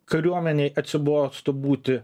kariuomenei atsibostų būti